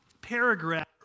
paragraph